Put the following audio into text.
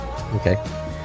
Okay